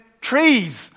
trees